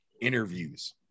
interviews